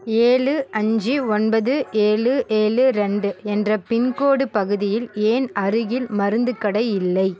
ஏழு அஞ்சு ஒன்பது ஏழு ஏழு ரெண்டு என்ற பின்கோடு பகுதியில் ஏன் அருகில் மருந்துக்கடை இல்லை